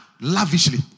lavishly